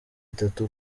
itatu